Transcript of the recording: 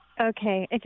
Okay